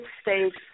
States